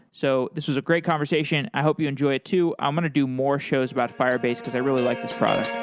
so this was a great conversation. i hope you enjoy too. i'm going to do more shows about firebase, because i really like this product.